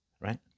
right